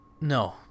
no